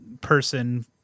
person